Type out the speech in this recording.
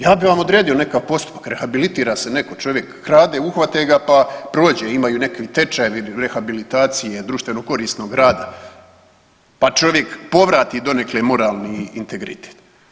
Ja bi vam odredio nekakav postupak, rehabilitira se netko, čovjek krade, uhvate ga pa prođe, imaju nekakvi tečajevi, rehabilitacije, društveno-korisnog rada, pa čovjek povrati donekle moralni integritet.